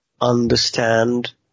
understand